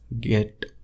get